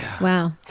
Wow